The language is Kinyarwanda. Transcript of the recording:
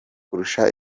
kurusha